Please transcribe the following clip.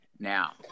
Now